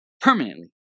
permanently